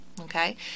okay